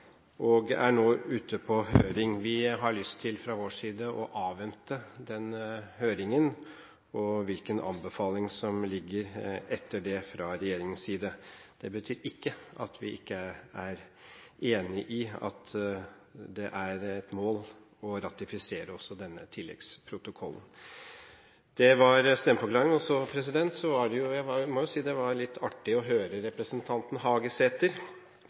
og er nå ute på høring. Vi har fra vår side lyst til å avvente den høringen og hvilken anbefaling som kommer etter det fra regjeringen. Det betyr ikke at vi ikke er enig i at det er et mål å ratifisere også denne tilleggsprotokollen. Det var stemmeforklaringen. Jeg må jo si at det var litt artig å høre representanten Hagesæter